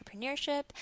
entrepreneurship